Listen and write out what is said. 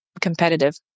competitive